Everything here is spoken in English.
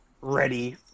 ready